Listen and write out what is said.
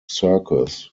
circus